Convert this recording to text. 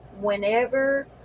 whenever